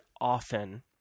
often